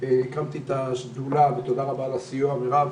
הקמתי את השדולה ותודה רבה על הסיוע, מירב